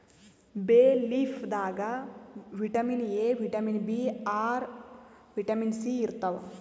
ಬೇ ಲೀಫ್ ದಾಗ್ vitamin A, vitamin B ಆರ್, ವಿಟಮಿನ್ ಸಿ ಇರ್ತವ್